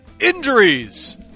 injuries